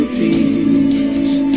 peace